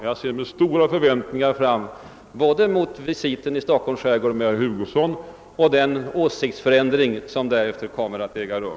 Jag ser med stora förväntningar fram mot både visiten i Stockholms skärgård tillsammans med herr Hugosson och den åsiktsförändring som därefter kommer att äga rum.